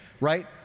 right